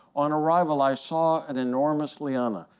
on arrival, i saw an enormously liana,